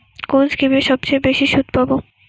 কোন স্কিমে সবচেয়ে বেশি সুদ পাব?